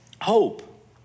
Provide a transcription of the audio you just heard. Hope